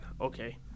Okay